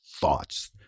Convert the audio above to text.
thoughts